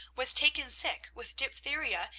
was taken sick with diphtheria,